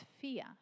fear